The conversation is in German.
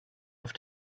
auf